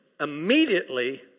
Immediately